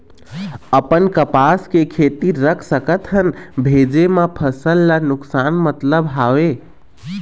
अपन कपास के खेती रख सकत हन भेजे मा फसल ला नुकसान मतलब हावे?